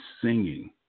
singing